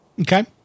Okay